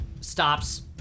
stops